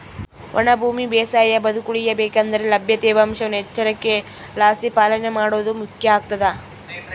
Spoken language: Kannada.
ಒಣ ಭೂಮಿ ಬೇಸಾಯ ಬದುಕುಳಿಯ ಬೇಕಂದ್ರೆ ಲಭ್ಯ ತೇವಾಂಶವನ್ನು ಎಚ್ಚರಿಕೆಲಾಸಿ ಪಾಲನೆ ಮಾಡೋದು ಮುಖ್ಯ ಆಗ್ತದ